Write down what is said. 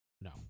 No